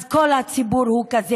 אז כל הציבור הוא כזה,